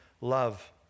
love